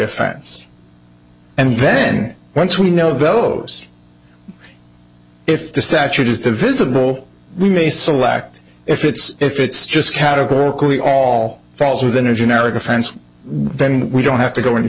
offense and then once we know those if the statute is the visible we may select if it's if it's just categorically all falls within a generic offense then we don't have to go any